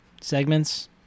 segments